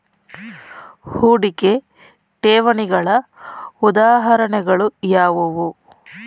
ಹೂಡಿಕೆ ಠೇವಣಿಗಳ ಉದಾಹರಣೆಗಳು ಯಾವುವು?